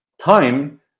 time